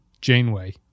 Janeway